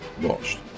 Lost